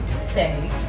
say